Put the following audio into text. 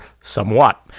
somewhat